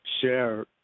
share